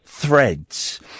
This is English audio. threads